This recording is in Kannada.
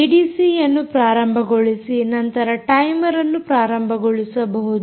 ಏಡಿಸಿಯನ್ನು ಪ್ರಾರಂಭಗೊಳಿಸಿ ನಂತರ ಟೈಮರ್ಅನ್ನು ಪ್ರಾರಂಭಿಸಬಹುದು